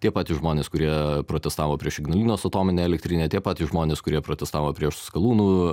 tie patys žmonės kurie protestavo prieš ignalinos atominę elektrinę tie patys žmonės kurie protestavo prieš skalūnų